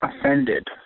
offended